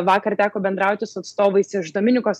vakar teko bendrauti su atstovais iš dominikos